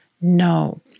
no